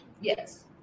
Yes